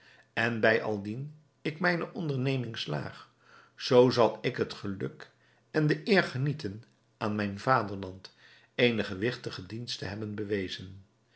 en bij aldien ik in mijne onderneming slaag zoo zal ik het geluk en de eer genieten aan mijn vaderland eene gewigtige dienst te hebben bewezen